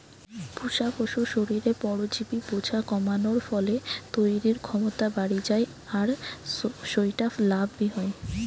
পুশা পশুর শরীরে পরজীবি বোঝা কমানার ফলে তইরির ক্ষমতা বাড়ি যায় আর সউটা লাভ বি হয়